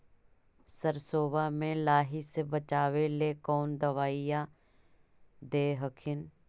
सरसोबा मे लाहि से बाचबे ले कौन दबइया दे हखिन?